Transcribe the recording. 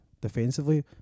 defensively